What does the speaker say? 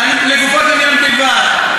לגופו של עניין בלבד.